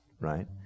right